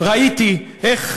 ראיתי איך,